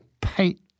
paint